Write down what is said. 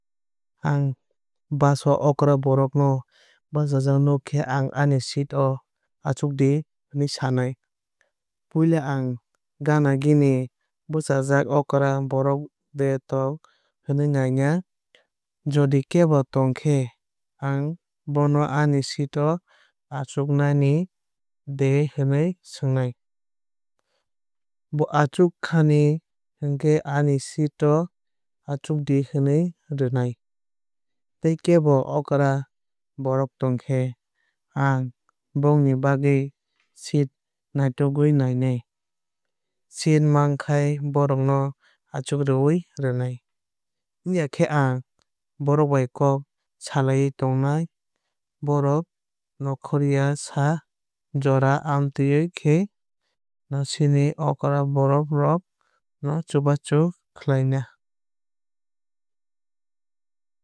Ang bus o okra borok no bachajak nuk khe ang ani seat o achukdi hinwui sanai. Puila ang gana gini bwchajak okra borok de tong hinwui naina. Jodi kebo tongkhe ang bono ani seat o achuknai de hinwui swngnai. Bo achukani hinkhe ani seat o achukdi hinwui rwnai. Tei kebo okra borok tongkhe ang bongni bagwui seat natugwui naina. Seat mankhai borok no achukrwui rwnai. Wngya khe ang borok bai kok salaiwui tongnai borok nongkhorya sa jora. Amtwui khe no chini okra borok rok no chubachu khainai.